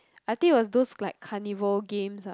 I think it was those like carnival games ah